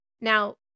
Now